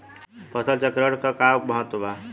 फसल चक्रण क का महत्त्व बा?